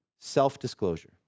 self-disclosure